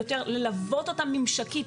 אפשרות ללוות אותם ממשקית,